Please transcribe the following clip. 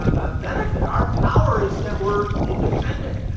ah benefit. our power is that we're independent.